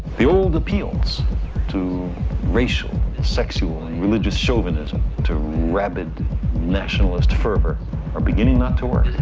the old appeals to racial, sexual or religious chauvinism, to rabid nationalist fervor are beginning not to work.